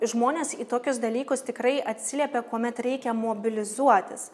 žmonės į tokius dalykus tikrai atsiliepia kuomet reikia mobilizuotis